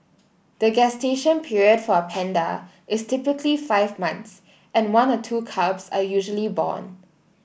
the gestation period for a panda is typically five months and one or two cubs are usually born